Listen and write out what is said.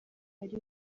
ari